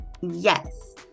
Yes